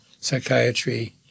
Psychiatry